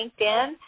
LinkedIn